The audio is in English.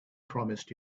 promised